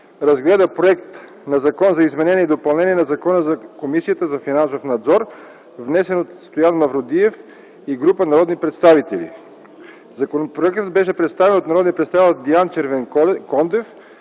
разгледа Законопроекта за изменение и допълнение на Закона за Комисията за финансов надзор, внесен от Стоян Мавродиев и група народни представители. Законопроектът беше представен от народния представител Диан Червенкондев.